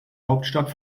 hauptstadt